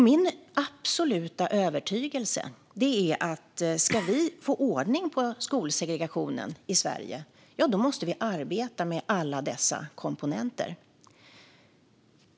Min absoluta övertygelse är att om vi ska få ordning på skolsegregationen i Sverige måste vi arbeta med alla dessa komponenter.